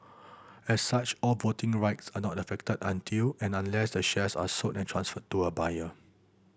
as such all voting rights are not affected until and unless the shares are sold and transferred to a buyer